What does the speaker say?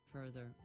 Further